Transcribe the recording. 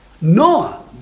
Noah